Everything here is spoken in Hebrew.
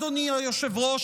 אדוני היושב-ראש,